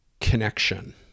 connection